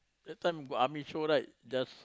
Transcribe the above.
that time got army show right just